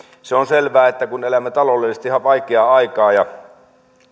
se on selvää että kun elämme taloudellisesti vaikeaa aikaa ja